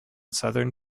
southern